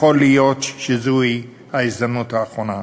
יכול להיות שזוהי ההזדמנות האחרונה.